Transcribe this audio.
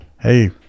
Hey